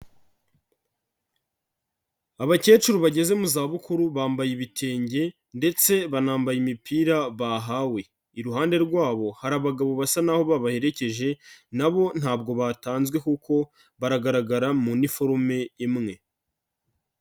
Abakecuru bageze mu zabukuru bambaye ibitenge ndetse banambaye imipira bahawe. Iruhande rwabo hari abagabo basa naho babaherekeje, na bo ntabwo batanzwe kuko baragaragara mu niforume imwe.